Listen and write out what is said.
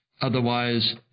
Otherwise